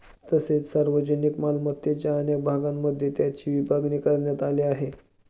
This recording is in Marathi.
तसेच सार्वजनिक मालमत्तेच्या अनेक भागांमध्ये त्याची विभागणी करण्यात आली आहे